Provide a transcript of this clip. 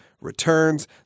returns